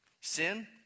Sin